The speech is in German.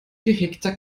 gehegter